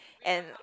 and